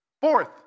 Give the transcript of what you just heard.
Fourth